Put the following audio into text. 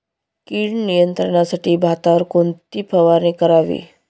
कीड नियंत्रणासाठी भातावर कोणती फवारणी करावी?